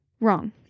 Wrong